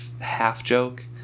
half-joke